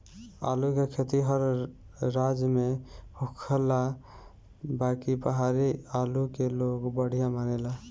आलू के खेती हर राज में होखेला बाकि पहाड़ी आलू के लोग बढ़िया मानेला